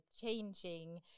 changing